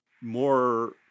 More